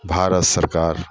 भारत सरकार